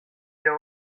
estas